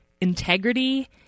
Integrity